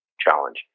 challenge